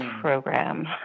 program